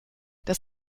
dass